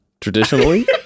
Traditionally